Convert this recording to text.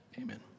amen